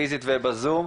פיזית ובזום,